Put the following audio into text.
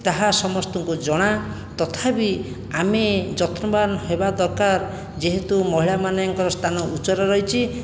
ତାହା ସମସ୍ତଙ୍କୁ ଜଣା ତଥାପି ଆମେ ଯତ୍ନବାନ ହେବା ଦରକାର ଯେହେତୁ ମହିଳାମାନଙ୍କର ସ୍ଥାନ ଉଚ୍ଚରେ ରହିଛି